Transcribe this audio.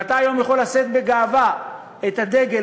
ואתה היום יכול לשאת בגאווה את הדגל,